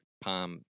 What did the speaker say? palm